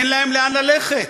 אין להם לאן ללכת.